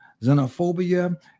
xenophobia